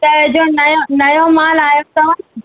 त जो नयों नयों माल आयो अथव